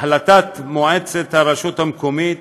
החלטת מועצת הרשות המקומית,